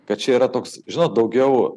kad čia yra toks žinot daugiau